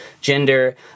gender